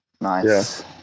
nice